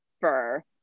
fur